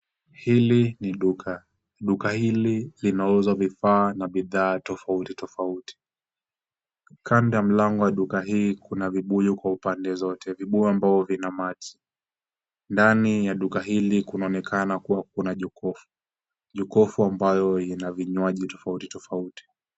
Hili ni duka. Duka hili linauza vifaa na bidhaa tofauti tofauti. Kando ya mlango wa duka hii kuna vibuyu kwa upande zote. Vibuyu ambavyo vina maji. Ndani ya duka hili kunaonekana kuwa kuna jokofu. Jokofu ambayo ina vinywaji tofauti tofauti.